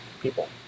People